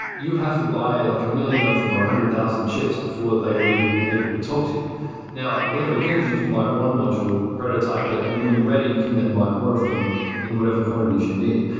you'd have to buy like a million of them, or a one hundred thousand chips before they were even able to talk to you now with android things, you can buy one module, prototype it, and then when you're ready, you can then buy more of them in whatever quantities you need.